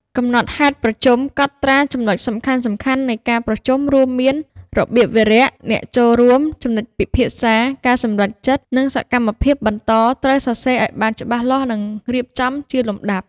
កំណត់ហេតុប្រជុំ កត់ត្រាចំណុចសំខាន់ៗនៃការប្រជុំ រួមមានរបៀបវារៈ អ្នកចូលរួម ចំណុចពិភាក្សា ការសម្រេចចិត្ត និងសកម្មភាពបន្ត ត្រូវសរសេរឲ្យបានច្បាស់លាស់និងរៀបចំជាលំដាប់។